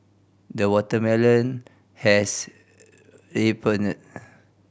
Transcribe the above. the watermelon has ripened